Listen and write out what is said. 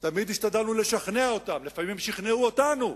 תמיד השתדלנו לשכנע אותם, לפעמים הם שכנעו אותנו,